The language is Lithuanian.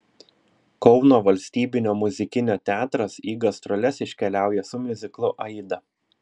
kauno valstybinio muzikinio teatras į gastroles iškeliauja su miuziklu aida